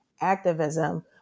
activism